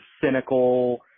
cynical